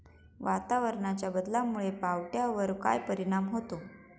वातावरणाच्या बदलामुळे पावट्यावर काय परिणाम होतो?